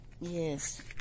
Yes